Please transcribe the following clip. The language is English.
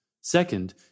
Second